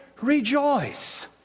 rejoice